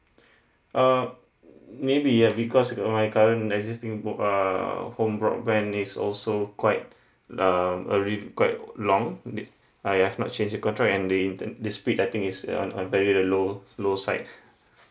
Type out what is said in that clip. uh maybe ya because uh my current existing broad err home broadband is also quite um already quite long did I I've not change the contract and the inter the speed I think is uh on on very the low low side